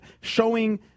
showing